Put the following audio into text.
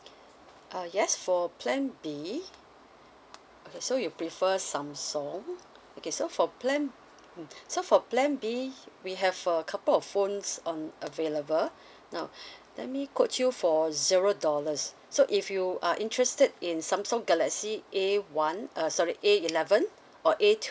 uh yes for plan B okay so you prefer samsung okay so for plan mm so for plan B we have a couple of phones um available now let me coach you for zero dollars so if you are interested in samsung galaxy A one uh sorry A eleven or A